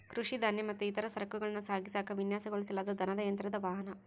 ಕೃಷಿ ಧಾನ್ಯ ಮತ್ತು ಇತರ ಸರಕುಗಳನ್ನ ಸಾಗಿಸಾಕ ವಿನ್ಯಾಸಗೊಳಿಸಲಾದ ದನದ ಯಂತ್ರದ ವಾಹನ